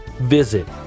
Visit